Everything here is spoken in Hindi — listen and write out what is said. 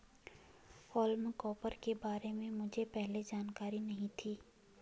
हॉल्म टॉपर के बारे में मुझे पहले जानकारी नहीं थी